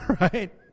right